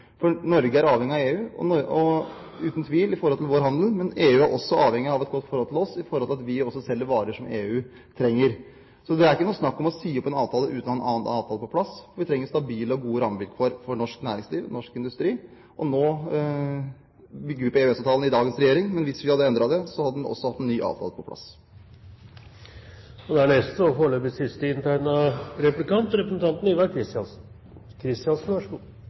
Norge er uten tvil avhengig av EU når det gjelder vår handel, men EU er også avhengig av å ha et godt forhold til oss fordi vi selger varer som EU trenger. Så det er ikke snakk om å si opp en avtale uten å ha en annen avtale på plass. Vi trenger stabile og gode rammevilkår for norsk næringsliv og norsk industri. Nå bygger vi på EØS-avtalen i dagens regjering. Men hvis hadde endret den, hadde vi også hatt en ny avtale på plass. Når jeg hører representanten Slagsvold Vedums meget sterke argumenter mot unionen – mot EU og